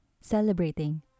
celebrating